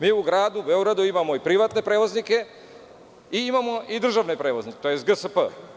Mi u gradu Beogradu imamo i privatne prevoznike i imamo i državne prevoznike, tj. GSP.